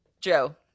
joe